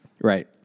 Right